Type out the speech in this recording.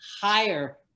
higher